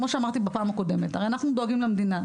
כמו שאמרתי בפעם הקודמת, הרי אנחנו דואגים למדינה.